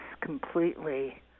completely